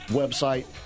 website